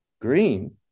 Green